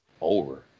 over